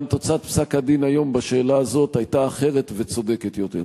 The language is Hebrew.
גם תוצאת פסק-הדין היום בשאלה הזאת היתה אחרת וצודקת יותר.